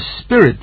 spirit